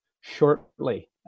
shortly